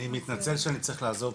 אני מתנצל שאני צריך לעזוב,